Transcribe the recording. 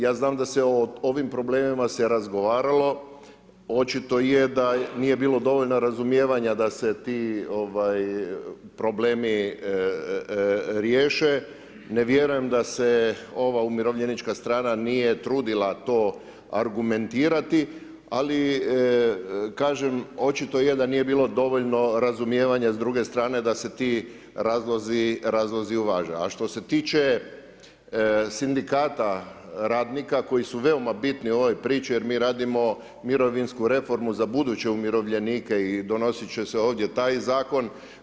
Ja znam da se o ovim problemima razgovaralo, očito je da nije bilo dovoljno razumijevanja da se ti problemi riješe, ne vjerujem da se ova umirovljenička strana nije trudilo to argumentirati, ali, kažem, očito je da nije bilo dovoljno razumijevanja s druge strane da se ti razlozi uvaže, a što se tiče Sindikata radnika koji su veoma bitni u ovoj priči jer mi radimo mirovinsku reformu za ubuduće umirovljenike i donositi će se ovdje taj zakon.